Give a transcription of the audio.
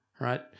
right